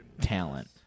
talent